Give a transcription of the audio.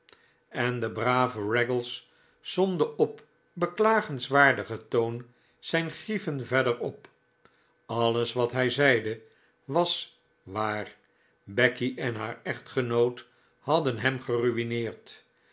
en de brave raggles somde op beklagenswaardigen toon zijn grieven verder op alles wat hij zeide was waar becky en haar echtgenoot hadden hem geruineerd